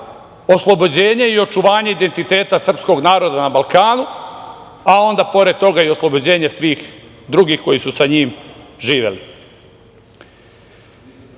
oslobođenje i očuvanje identiteta srpskog naroda na Balkanu, a onda pored toga i oslobođenje svih drugih koji su sa njim živeli.Za